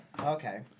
Okay